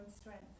strength